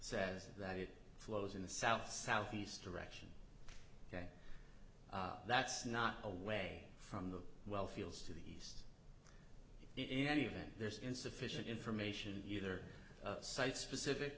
says that it flows in the south southeast direction ok that's not away from the well fields to the heat in any event there's insufficient information either site specific